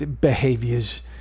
behaviors